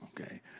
Okay